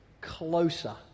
Closer